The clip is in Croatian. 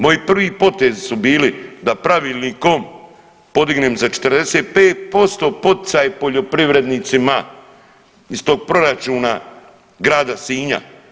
Moji prvi potezi su bili da pravilnikom podignem za 45% poticaj poljoprivrednicima iz tog proračuna grada Sinja.